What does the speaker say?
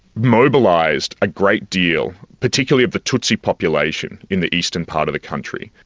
mobilised a great deal particularly of the tutsi population in the eastern part of the country,